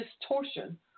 distortion